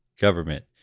government